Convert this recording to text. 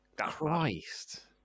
Christ